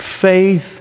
faith